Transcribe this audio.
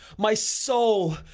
my soul,